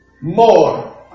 more